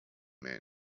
man